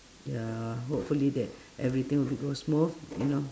ya hopefully that everything will be go smooth you know